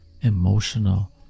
emotional